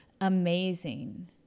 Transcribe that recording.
amazing